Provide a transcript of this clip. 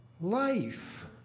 life